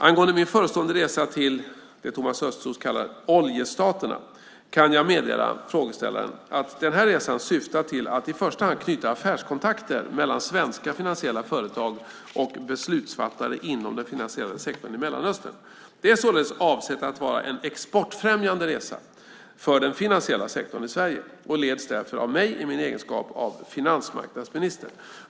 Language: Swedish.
Angående min förestående resa till, som Thomas Östros kallar dem, oljestaterna kan jag meddela frågeställaren att denna resa syftar till att i första hand knyta affärskontakter mellan svenska finansiella företag och beslutsfattare inom den finansiella sektorn i Mellanöstern. Det är således avsett att vara en exportfrämjande resa för den finansiella sektorn i Sverige, och leds därför av mig i min egenskap av finansmarknadsminister.